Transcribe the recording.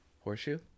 Horseshoe